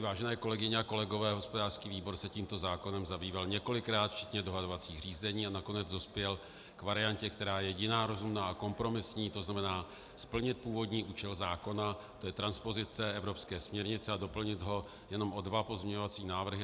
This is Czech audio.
Vážené kolegyně a kolegové, hospodářský výbor se tímto zákonem zabýval několikrát včetně dohadovacích řízení a nakonec dospěl k variantě, která je jediná rozumná a kompromisní, to znamená splnit původní účel zákona, to je transpozice evropské směrnice, a doplnit ho jenom o dva pozměňovací návrhy.